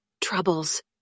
Troubles